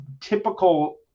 typical